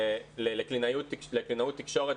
לקלינאות תקשורת,